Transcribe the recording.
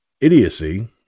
idiocy